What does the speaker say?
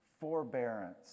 forbearance